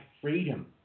freedom